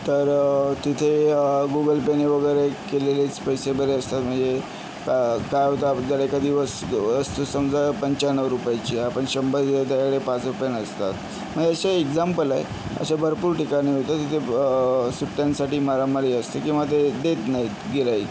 तर तिथे गुगल पेनी वगैरे केलेलेच पैसे बरे असतात म्हणजे का काय होतं आपल्याला एखादी वस वस्तू समजा पंचाण्णव रुपायची आहे आपण शंभर दिले त्याच्याकडे पाच रुपये नसतात मजे असे एक्झाम्पलय असे भरपूर ठिकाणी होतं जिथे सुट्ट्यांसाठी मारामारी असते किंवा ते देत नाहीत गिऱ्हाईक